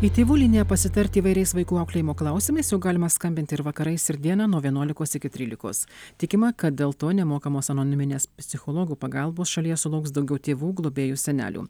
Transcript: į tėvų liniją pasitarti įvairiais vaikų auklėjimo klausimais jau galima skambinti ir vakarais ir dieną nuo vienuolikos iki trylikos tikima kad dėl to nemokamos anoniminės psichologų pagalbos šalies sulauks daugiau tėvų globėjų senelių